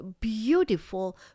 Beautiful